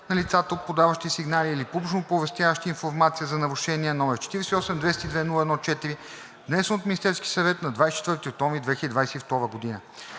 на лицата, подаващи сигнали или публично оповестяващи информация за нарушения, № 48-202-01-4, внесен от Министерския съвет на 24 октомври 2022 г На